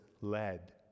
led